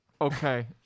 Okay